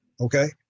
okay